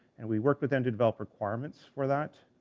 and we worked with them to develop requirements for that,